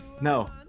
No